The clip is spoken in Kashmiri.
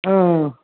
اۭں اۭں